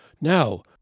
Now